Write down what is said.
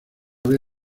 vez